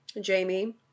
Jamie